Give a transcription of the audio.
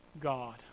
God